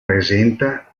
presenta